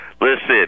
listen